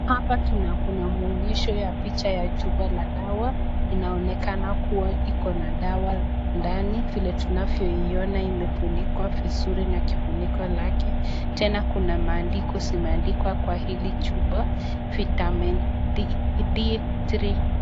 Hapa kuna mwonyesho ya picha ya chupa la dawa. Inaonekana kuwa iko na dawa ndani. Vile tunavyoiona imefunikwa vizuri na kifuniko lake. Tena kuna maandiko zimeandikwa kwa hili chupa [Vitamin D3].